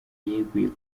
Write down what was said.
yeguye